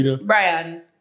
Brian